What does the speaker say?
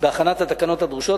בהכנת התקנות הדרושות,